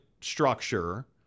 structure